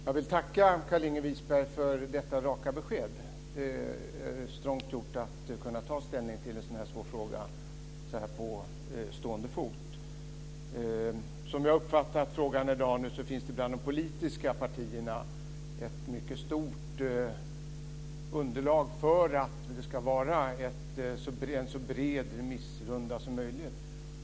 Fru talman! Jag tackar Carlinge Wisberg för detta raka besked. Det är strongt gjort att ta ställning till en så svår fråga på stående fot. Jag uppfattade i dag att det bland de politiska partierna finns ett stort underlag för att det ska vara en så bred remissrunda som möjligt.